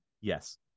Yes